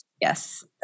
Yes